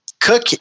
Cook